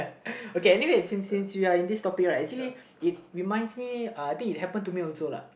okay anyway since we are in this topic right actually I reminds me I think it happened to me also lah